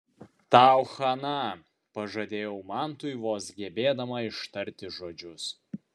tau chana pažadėjau mantui vos gebėdama ištarti žodžius